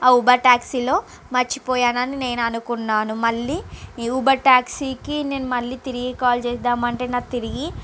అ Uber taxi లో మర్చిపోయాను అని నేను అనుకున్నాను మళ్ళీ ఈ ఊబర్ టాక్సీ కి నేను మళ్ళీ తిరిగి కాల్ చేద్దాం అంటే నాక్ తిరిగి